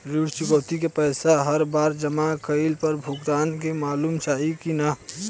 ऋण चुकौती के पैसा हर बार जमा कईला पर भुगतान के मालूम चाही की ना?